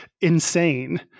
insane